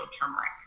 turmeric